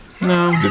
No